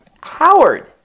howard